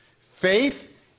Faith